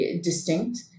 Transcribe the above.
distinct